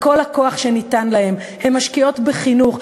כל הכוח שניתן להן: הן משקיעות בחינוך,